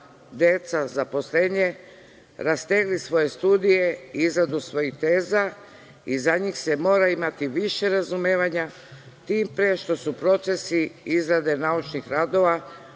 deca, zaposlenje, rastegli svoje studije, izradu svojih teza i za njih se mora imati više razumevanja, tim pre što su procesi izrade naučnih radova